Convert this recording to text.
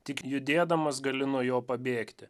tik judėdamas gali nuo jo pabėgti